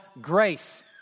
grace